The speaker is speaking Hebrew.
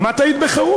גם את היית בחרות?